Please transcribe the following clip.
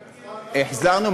החזרת?